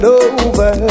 over